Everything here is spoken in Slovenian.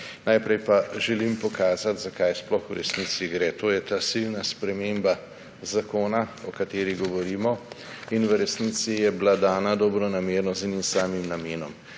Najprej pa želim pokazati, za kaj sploh v resnici gre. To je ta silna sprememba zakona, o kateri govorimo. V resnici je bila dana dobronamerno, z enim samim namenom